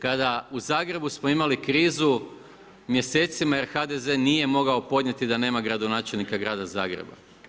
Kada u Zagrebu smo imali krizu mjesecima jer HDZ nije mogao podnijeti da nema gradonačelnika grada Zagreba.